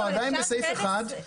בפסקה (1)